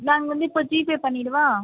நாங்கள் வந்து இப்போ ஜிபே பண்ணிவிடவா